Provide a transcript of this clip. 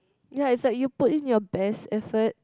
ya it's like you put in your best effort